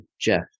Jeff